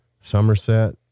Somerset